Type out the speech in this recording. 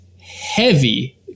heavy